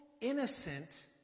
innocent